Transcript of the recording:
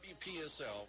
WPSL